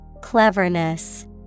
Cleverness